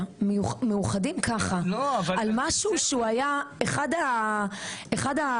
מאוחדים ככה על משהו שהוא היה אחד הבעייתיים,